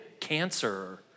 cancer